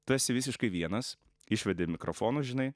tu esi visiškai vienas išvedi mikrofonus žinai